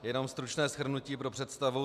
Jenom stručné shrnutí pro představu.